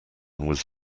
was